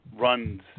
runs